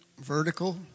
vertical